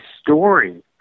story